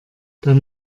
dann